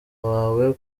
wawe